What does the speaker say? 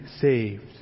saved